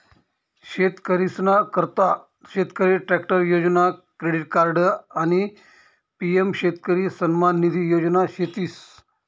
शेतकरीसना करता शेतकरी ट्रॅक्टर योजना, क्रेडिट कार्ड आणि पी.एम शेतकरी सन्मान निधी योजना शेतीस